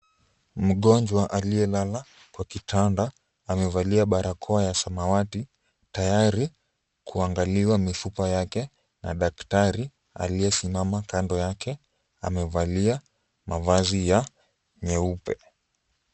Mgonjwa aliyelala kwa kitanda amevalia barakoa ya samawati tayari kuangaliwa mifupa yake na daktari aliyesimama kando yake. Amevalia mavazi ya nyeupe.